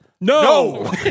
No